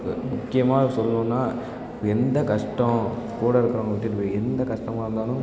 முக்கியமாக சொல்லணுன்னால் எந்த கஷ்டோம் கூட இருக்கிறவங்கள்ட்டையும் இப்போ எந்த கஷ்டமா இருந்தாலும்